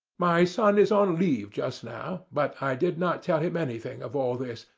my son is on leave just now, but i did not tell him anything of all this,